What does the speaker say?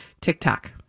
TikTok